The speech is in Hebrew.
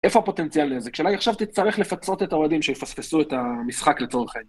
איפה הפוטנציאל נזק. השאלה היא - עכשיו תצטרך לפצות את האוהדים שיפספסו את המשחק, לצורך העניין.